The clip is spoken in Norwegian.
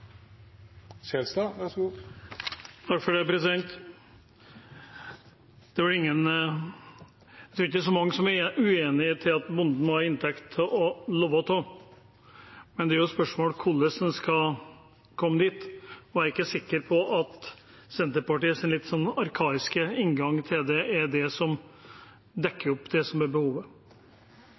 at bonden må ha en inntekt å leve av, men det er jo et spørsmål hvordan en skal komme dit, og jeg er ikke sikker på om Senterpartiets litt arkaiske inngang til det er det som dekker opp behovet. Jeg tror at litt av det som er